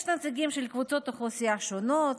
יש נציגים של קבוצות אוכלוסייה שונות,